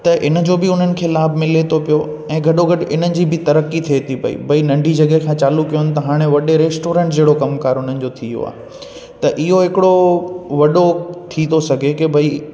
त इन जो बि उन्हनि खे लाभु मिले थो पियो ऐं गॾो गॾु इन्हनि जी बि तरक़ी थिए थी पई भई नंढी जॻहि खां चालू कयुनि त हाणे वॾे रेस्टोरेंट जहिड़ो कमु करणु उन्हनि जो थी वियो आहे त इहो हिकिड़ो वॾो थी थो सघे की भई